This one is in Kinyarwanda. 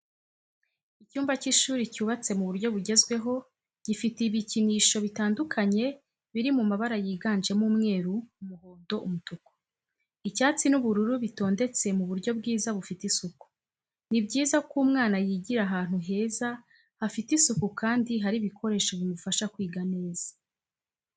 Icyumba cy'ishuri cyubatse mu buryo bugezweho gifite ibikinisho bitandukanye, biri mu mabara yiganjemo umweru, umuhondo, umutuku. icyatsi n'ubururu bitondetse mu buryo bwiza bufite isuku. Ni byiza ko umwana yigira ahantu heza hafite isuku kandi hari ibikoresho bimufasha kwiga neza.